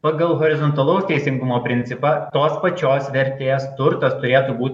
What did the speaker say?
pagal horizontalaus teisingumo principą tos pačios vertės turtas turėtų būt